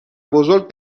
بزرگ